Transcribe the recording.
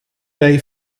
day